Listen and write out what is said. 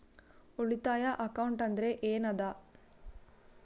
ಉಳಿತಾಯ ಅಕೌಂಟ್ ಅಂದ್ರೆ ಏನ್ ಅದ?